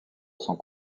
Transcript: sont